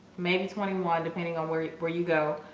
maybe twenty one depending on where you where you go,